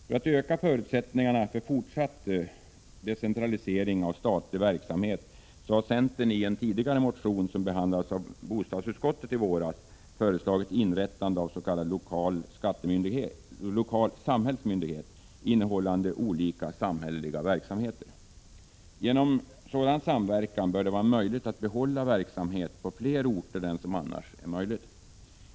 För att öka förutsättningarna för fortsatt decentralisering av statlig verksamhet har centern i en tidigare motion, som behandlades av bostadsutskottet i våras, föreslagit inrättande av s.k. lokal samhällsmyndighet, innehållande olika samhälleliga verksamheter. Genom sådan samverkan bör det vara möjligt att behålla verksamhet på fler orter än vad som annars är möjligt.